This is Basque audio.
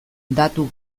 datu